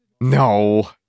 No